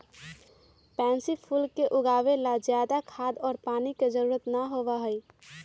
pansy फूल के उगावे ला ज्यादा खाद और पानी के जरूरत ना होबा हई